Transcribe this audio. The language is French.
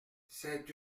c’est